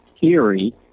theory